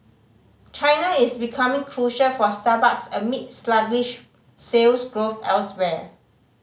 China is becoming crucial for Starbucks amid sluggish sales growth elsewhere